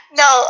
no